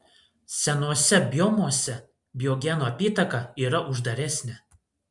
senuose biomuose biogenų apytaka yra uždaresnė